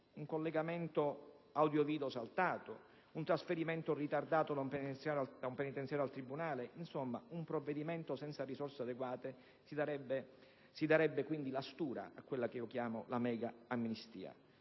Un collegamento audio‑video saltato, un trasferimento ritardato da un penitenziario al tribunale... Insomma, un provvedimento senza risorse adeguate: si darebbe quindi la stura a quella che chiamo la mega-amnistia.